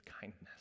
kindness